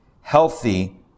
healthy